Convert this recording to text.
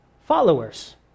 followers